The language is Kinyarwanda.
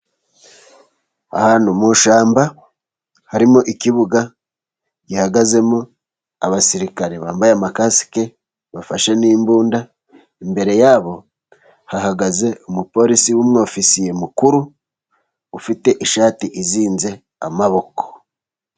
Ahantu mu ishyamba, harimo ikibuga gihagazemo abasirikare bambaye amakasike, bafashe n'imbunda, imbere yabo hahagaze umupolisi w'umwofisiye mukuru, ufite ishati izinze amaboko.